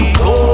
go